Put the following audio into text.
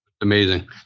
Amazing